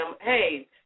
hey